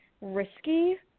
risky